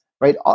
Right